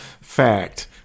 fact